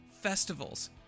festivals